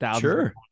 Sure